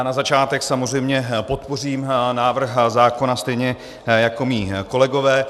Na začátek samozřejmě podpořím návrh zákona stejně jako mí kolegové.